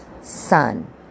son